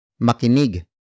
Makinig